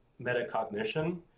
metacognition